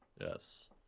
Yes